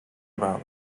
about